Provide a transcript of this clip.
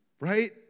right